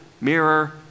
mirror